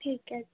ਠੀਕ ਹੈ